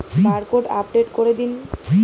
Barcode update করে দিন?